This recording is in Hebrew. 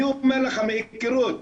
אני אומר לך מהיכרות.